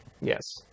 Yes